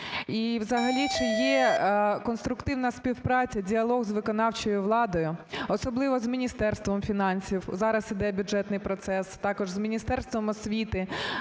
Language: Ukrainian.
І взагалі чи є конструктивна співпраця, діалог з виконавчою владою, особливо з Міністерством фінансів, зараз іде бюджетний процес, також з Міністерством освіти?